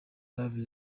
love